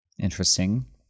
Interesting